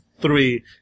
Three